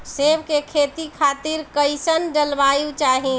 सेब के खेती खातिर कइसन जलवायु चाही?